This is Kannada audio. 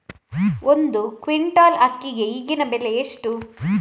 ಒಂದು ಕ್ವಿಂಟಾಲ್ ಅಕ್ಕಿಗೆ ಈಗಿನ ಬೆಲೆ ಎಷ್ಟು?